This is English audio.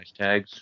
hashtags